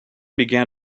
began